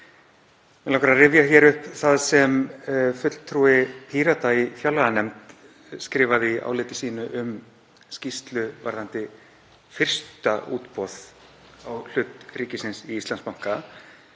Mig langar að rifja upp það sem fulltrúi Pírata í fjárlaganefnd skrifaði í áliti sínu um skýrslu varðandi fyrsta útboð á hlut ríkisins í Íslandsbanka